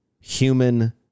human